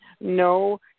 no